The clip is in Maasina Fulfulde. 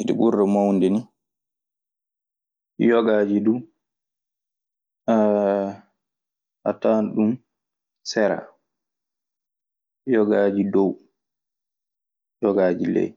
iɗi ɓurda mawnude nii. Yogaaji du a tawan ɗun sera. Yogaaji dow. Yogaaji ley.